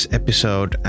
episode